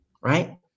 Right